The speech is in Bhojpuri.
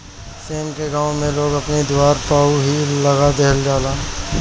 सेम के गांव में लोग अपनी दुआरे पअ ही लगा देहल जाला